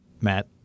Matt